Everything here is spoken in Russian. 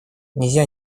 нельзя